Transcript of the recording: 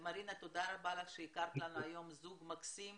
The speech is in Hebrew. תודה לך, מרינה, על שהכרת לנו היום זוג מקסים